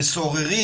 כסוררים.